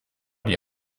die